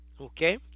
okay